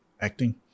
acting